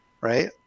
Right